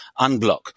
unblock